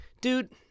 Dude